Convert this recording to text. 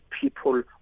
people